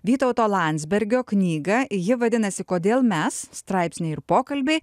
vytauto landsbergio knygą ji vadinasi kodėl mes straipsniai ir pokalbiai